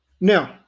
Now